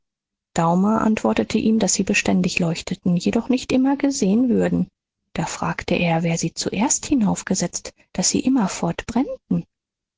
daumer antwortete ihm daß sie beständig leuchteten jedoch nicht immer gesehen würden da fragte er wer sie zuerst hinaufgesetzt daß sie immerfort